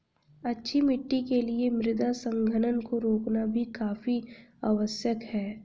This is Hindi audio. अच्छी मिट्टी के लिए मृदा संघनन को रोकना भी काफी आवश्यक है